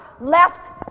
left